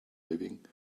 living